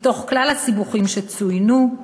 מתוך כלל הסיבוכים שצוינו,